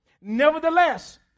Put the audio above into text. Nevertheless